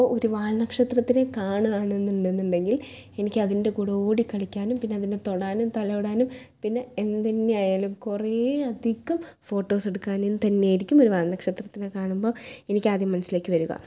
അപ്പോൾ ഒരു വാൽനക്ഷത്രത്തിനെ കാണുക എന്നെന്ന് ഉണ്ടെങ്കിൽ എനിക്ക് അതിൻ്റെ കൂടെ ഓടി കളിക്കാനും പിന്നതിനെ തൊടാനും തലോടാനും പിന്നെ എന്ത് തന്നെ ആയാലും കുറെ അധികം ഫോട്ടോസെടുക്കാനും തന്നെയായിരിക്കും ഒരു വാൽനക്ഷത്രത്തെ കാണുമ്പോൾ എനിക്കാദ്യം മനസ്സിലേക്ക് വരിക